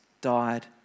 died